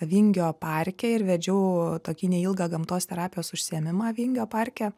vingio parke ir vedžiau tokį neilgą gamtos terapijos užsiėmimą vingio parke